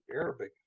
Arabic